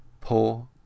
Poor